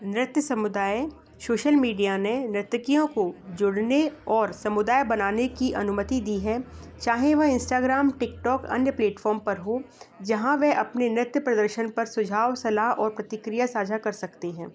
नृत्य समुदाय social media ने नर्तकियों को जुड़ने और समुदाय बनाने की अनुमति दी है चाहे वह इंस्टाग्राम टिकटॉक अन्य प्लेटफॉम पर हो जहाँ वह अपने नृत्य प्रदर्शन पर सुझाव सलाह और प्रतिक्रिया साझा कर सकती हैं